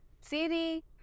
Siri